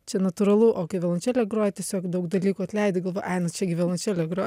čia natūralu o kai violončelė groja tiesiog daug dalykų atleidi galvo ai nu čiagi violančelė groja